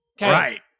Right